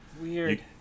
weird